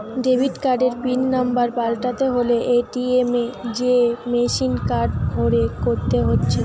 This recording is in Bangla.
ডেবিট কার্ডের পিন নম্বর পাল্টাতে হলে এ.টি.এম এ যেয়ে মেসিনে কার্ড ভরে করতে হচ্ছে